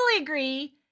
agree